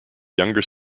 younger